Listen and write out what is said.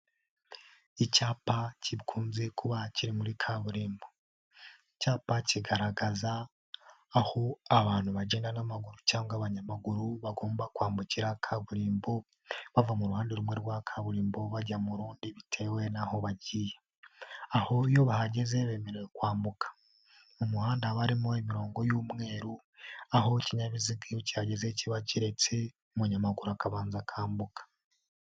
Icyapa kikunze kuba kiri muri kaburimbo. Icyapa kigaragaza aho abantu bagenda n'amaguru cyangwa abanyamaguru bagomba kwambukira kukari burimbo bava mu ruhande rumwe rwa kaburimbo bajya mu rundi bitewe n'aho bagiye, aho iyo bageze bemerewe kwambuka umuhanda barimo imirongo y'umweru, aho ikinyabiziga iyo cyihageze kiba keretse umunyamaguru akabanza akambuka.